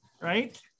right